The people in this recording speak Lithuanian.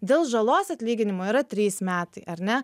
dėl žalos atlyginimo yra trys metai ar ne